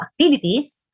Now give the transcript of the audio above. activities